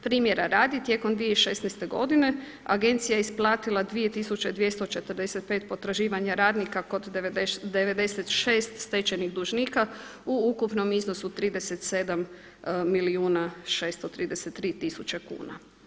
Primjera radi, tijekom 2016. godine agencija je isplatila 2245 potraživanja radnika kod 96 stečajnih dužnika u ukupnom iznosu 37 milijuna 633 tisuće kuna.